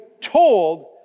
told